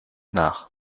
nach